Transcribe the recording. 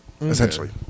essentially